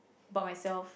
about myself